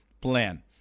plan